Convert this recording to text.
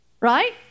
Right